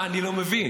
מה אני לא מבין?